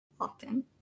often